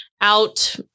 out